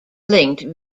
linked